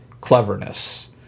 cleverness